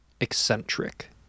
eccentric